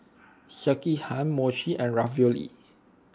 Sekihan Mochi and Ravioli